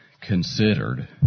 considered